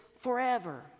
forever